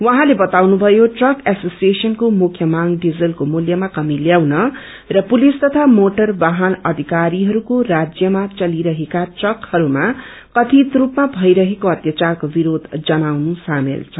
उहाँले बताउनुभयो ट्रक एसोसिएशनको मुख्य माग डीजलको मूल्यमा कमी ल्याउन र पुलिस तथा मोटर वाहन अधिकारीहरूको राज्यमा चलिरहेक्रो ट्रकहरूमा कथित रूपमा भइरहेको अत्याचारको विरोष जनानु सामेल छ